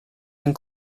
and